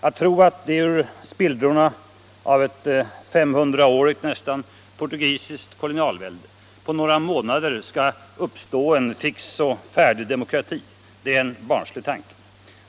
Att tro att det ur spillrorna av ett nästan femhundraårigt portugisiskt kolonialvälde på några månader skall uppstå en fix och färdig demokrati är en barnslig tanke.